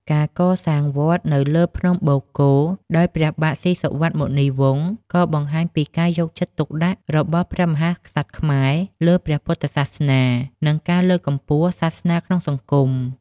ការកសាងវត្តនៅលើភ្នំបូកគោដោយព្រះបាទស៊ីសុវត្ថិ-មុនីវង្ស ក៏បង្ហាញពីការយកចិត្តទុកដាក់របស់ព្រះមហាក្សត្រខ្មែរលើព្រះពុទ្ធសាសនា និងការលើកកម្ពស់សាសនាក្នុងសង្គម ។